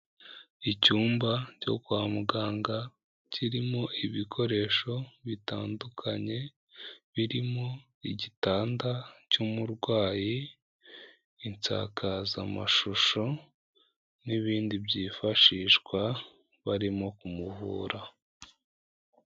Icyumba cyo kwa muganga, kirimo ibikoresho bitandukanye, birimo igitanda cy'umurwayi, insakazamashusho, n'ibindi byifashishwa, barimo kumuvura.